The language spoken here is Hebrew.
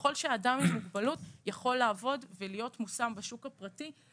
ככל שאדם עם מוגבלות יכול לעבוד ולהיות מושם בשוק הפרטי.